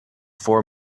for